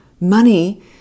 Money